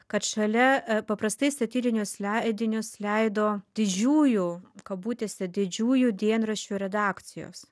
kad šalia paprastai satyrinius leidinius leido didžiųjų kabutėse didžiųjų dienraščių redakcijos